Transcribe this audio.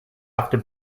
after